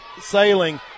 sailing